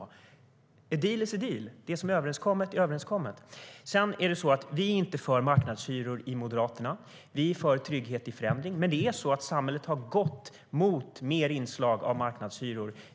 A deal is a deal - det som är överenskommet är överenskommet. Vi i Moderaterna är inte för marknadshyror. Vi är för trygghet i förändring. Men samhället har gått mot mer inslag av marknadshyror.